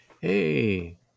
Hey